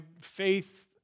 faith